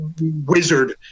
wizard